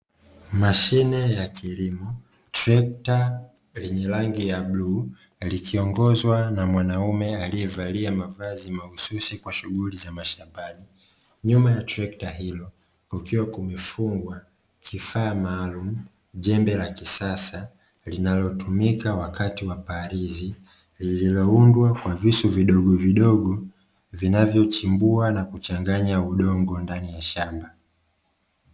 Mashine ya kilimo, trekta lenye rangi ya bluu likiongozwa na mwanaume alievalia mavazi mahususi kwa shughuli za mashambani, nyuma ya trekta hilo kukiwa kumefungwa kifaa maalumu, jembe la kisasa linalotumika wakati wa palizi lililoundwa kwa visu vidogo vidogo vinavyochimbua na kuchanganya udongo ndani ya shamba.